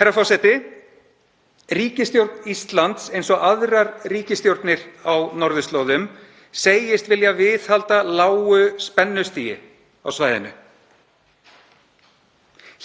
Herra forseti. Ríkisstjórn Íslands, eins og aðrar ríkisstjórnir á norðurslóðum, segist vilja viðhalda lágu spennustigi á svæðinu.